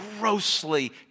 grossly